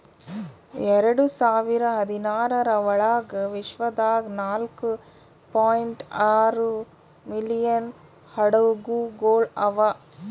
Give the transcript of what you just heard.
ಎರಡು ಸಾವಿರ ಹದಿನಾರರ ಒಳಗ್ ವಿಶ್ವದಾಗ್ ನಾಲ್ಕೂ ಪಾಯಿಂಟ್ ಆರೂ ಮಿಲಿಯನ್ ಹಡಗುಗೊಳ್ ಅವಾ